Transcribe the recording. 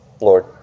Lord